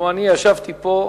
לו אני ישבתי פה,